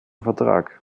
vertrag